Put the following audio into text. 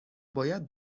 باید